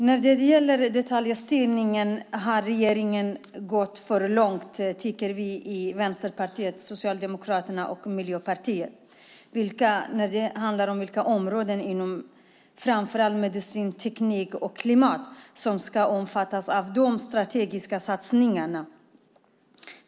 När det gäller detaljstyrningen tycker vi i Vänsterpartiet, Socialdemokraterna och Miljöpartiet att regeringen har gått för långt när det handlar om vilka områden inom framför allt medicin, teknik och klimat som ska omfattas av de strategiska satsningarna.